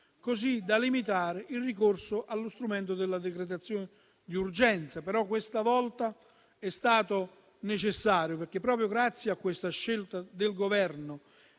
così da limitare il ricorso allo strumento della decretazione di urgenza. Però questa volta è stato necessario, perché è proprio grazie a questa scelta del Governo